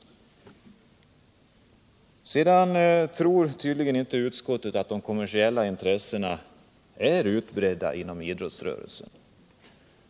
Tydligen tror man inte i utskottet att de kommersiella intressena är särskilt utbredda inom idrottsrörelsen.